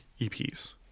EPs